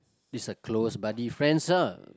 is a close buddy friends lah